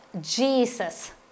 Jesus